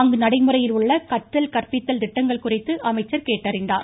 அங்கு நடைமுறையில் உள்ள கற்றல் கற்பித்தல் திட்டங்கள் குறித்து அமைச்சர் கேட்டறிந்தார்